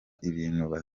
ibintu